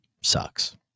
sucks